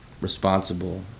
responsible